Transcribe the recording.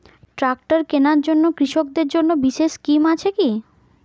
Tractor কেনার জন্য কৃষকদের জন্য বিশেষ স্কিম আছে কি?